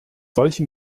solch